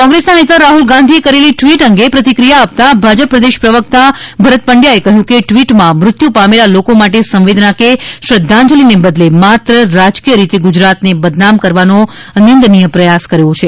કોંગ્રેસના નેતા રાહ્લ ગાંધીએ કરેલી ટ્વીટ અંગે પ્રતિક્રિયા આપતાં ભાજપ પ્રદેશ પ્રવક્તા ભરત પંડ્યાએ કહ્યું છે કે ટ્વીટમાં મૃત્યુ પામેલા લોકો માટે સંવેદના કે શ્રધ્ધાંજલિને બદલે માત્ર રાજકીય રીતે ગુજરાતને બદનામ કરવાનો નિંદનીય પ્રયાસ કર્યો છે